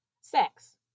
sex